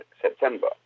September